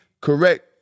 correct